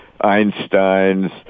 Einstein's